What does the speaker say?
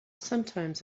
sometimes